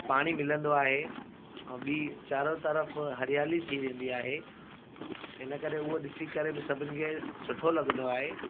पाणी मिलंदो आहे ऐं ॿीं चारों तरफ़ हरियाली थी वेंदी आहे इनकरे उहो ॾिसी करे बि सभिनी खे सुठो लॻंदो आहे